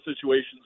situations